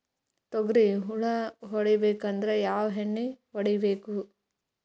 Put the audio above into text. ತೊಗ್ರಿ ಹುಳ ಹೊಡಿಬೇಕಂದ್ರ ಯಾವ್ ಎಣ್ಣಿ ಹೊಡಿಬೇಕು?